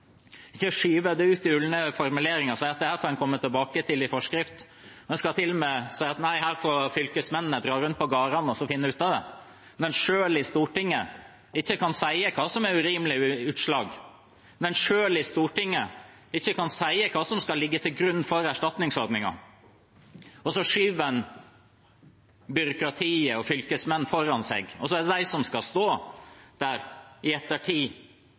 ikke skyve dette ut med ulne formuleringer og si at det får en komme tilbake til i forskrift – skal man til og med si at nei, fylkesmennene får dra rundt på gårdene og finne ut av det. Men selv i Stortinget kan en ikke si hva som er urimelige utslag, selv i Stortinget kan en ikke si hva som skal ligge til grunn for erstatningsordningen. En skyver byråkratiet og fylkesmennene foran seg – og så er det de som skal stå der i